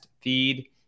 feed